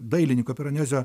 dailininko piranezio